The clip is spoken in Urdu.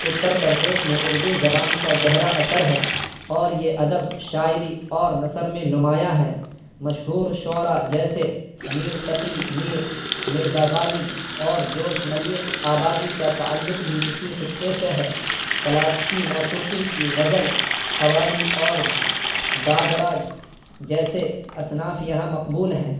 اتر پردیش میں اردو زبان کا گہرا اثر ہے اور یہ ادب شاعری اور نثر میں ںمایاں ہے مشہور شعرا جیسے میر تقی میر مرزا غالب اور جوش ملیح آبادی کا تعلق بھی اسی خطے سے ہے کلاسکی موسیقی کی غزل قوالی اور دادرہ جیسے اصناف یہاں مقبول ہیں